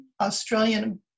Australian